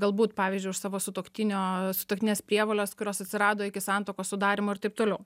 galbūt pavyzdžiui už savo sutuoktinio sutuoktinės prievoles kurios atsirado iki santuokos sudarymo ir taip toliau